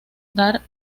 dar